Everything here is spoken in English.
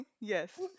Yes